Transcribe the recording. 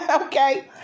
okay